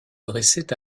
dressait